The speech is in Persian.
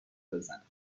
بزند